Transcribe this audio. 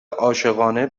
عاشقانه